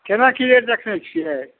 कोना कि रेट रखने छिए